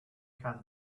had